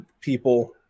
people